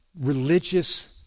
religious